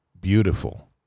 beautiful